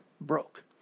broke